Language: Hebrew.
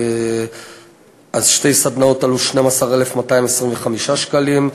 אז שתי סדנאות עלו 12,225 שקלים,